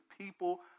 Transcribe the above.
people